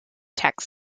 text